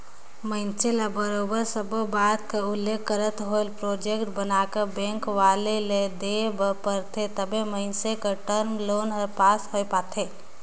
मइनसे ल बरोबर सब्बो बात कर उल्लेख करत होय प्रोजेक्ट बनाकर बेंक वाले ल देय बर परथे तबे मइनसे कर टर्म लोन हर पास होए पाथे